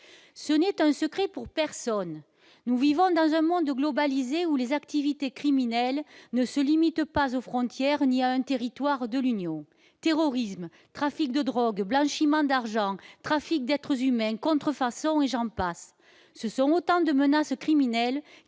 ce n'est un secret pour personne, nous vivons dans un monde globalisé, où les activités criminelles ne se limite pas aux frontières ni à un territoire de l'Union, terrorisme, trafic de drogue, blanchiment d'argent, trafic d'être s'humains, contrefaçon et j'en passe, ce sont autant de menaces criminelles